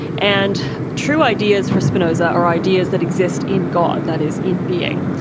and true ideas for spinoza are ideas that exist in god, that is, in being.